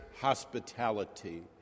hospitality